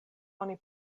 oni